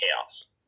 Chaos